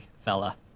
fella